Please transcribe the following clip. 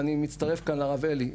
ואני מצטרף לרב אלי,